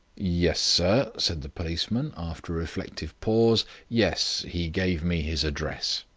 yes, sir, said the policeman, after a reflective pause yes, he gave me his address.